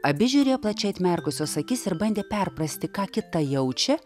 abi žiūrėjo plačiai atmerkusios akis ir bandė perprasti ką kita jaučia